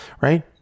Right